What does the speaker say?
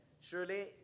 surely